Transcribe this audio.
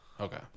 okay